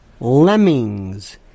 Lemmings